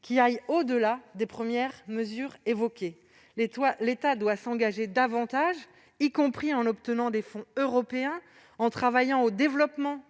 qui aille au-delà des premières mesures évoquées. L'État doit s'engager davantage, y compris en obtenant des fonds européens, en travaillant au développement